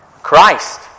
Christ